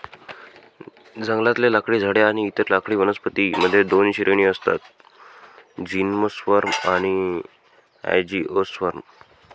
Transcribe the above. जंगलातले लाकडी झाडे आणि इतर लाकडी वनस्पतीं मध्ये दोन श्रेणी असतातः जिम्नोस्पर्म आणि अँजिओस्पर्म